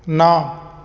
ਨਾ